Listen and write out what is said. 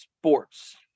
sports